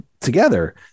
together